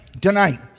tonight